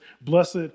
blessed